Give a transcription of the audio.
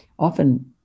often